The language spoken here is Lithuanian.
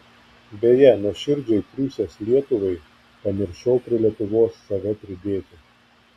beje nuoširdžiai triūsęs lietuvai pamiršau prie lietuvos save pridėti